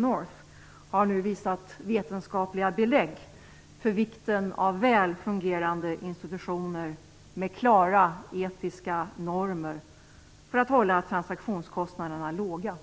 North, har nu visat vetenskapliga belägg för vikten av väl fungerande institutioner med klara etiska normer för att hålla transaktionskostnaderna låga.